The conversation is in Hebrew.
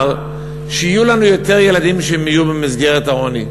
שיהיו לנו יותר ילדים שיהיו במסגרת העוני,